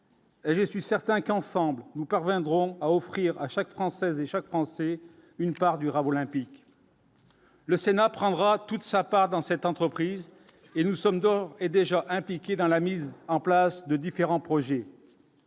Et je suis certain qu'ensemble, nous parviendrons à offrir à chaque Française et chaque Français une part du Rav olympique. Le Sénat prendra toute sa part dans cette entreprise et nous sommes d'ores et déjà impliqué dans la mise en place de différents projets.